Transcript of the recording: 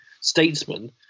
statesman